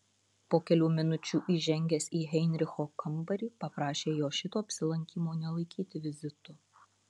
po kelių minučių įžengęs į heinricho kambarį paprašė jo šito apsilankymo nelaikyti vizitu